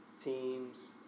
teams